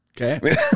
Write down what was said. Okay